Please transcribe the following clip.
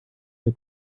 der